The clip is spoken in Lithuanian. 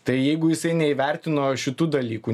tai jeigu jisai neįvertino šitų dalykų